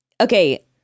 okay